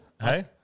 Hey